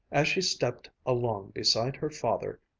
as she stepped along beside her father,